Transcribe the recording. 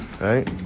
right